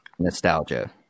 Nostalgia